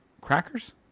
crackers